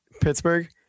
Pittsburgh